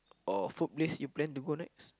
or food place you plan to go next